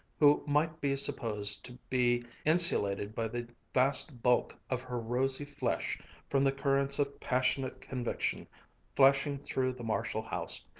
who might be supposed to be insulated by the vast bulk of her rosy flesh from the currents of passionate conviction flashing through the marshall house,